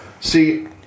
see